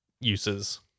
uses